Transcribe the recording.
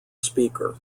speaker